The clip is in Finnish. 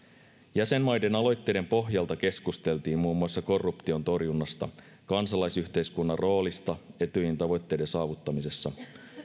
jäsenmaiden aloitteiden pohjalta keskusteltiin muun muassa korruption torjunnasta kansalaisyhteiskunnan roolista etyjin tavoitteiden saavuttamisessa